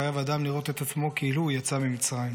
חייב אדם לראות את עצמו כאילו הוא יצא ממצרים".